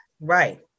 right